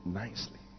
nicely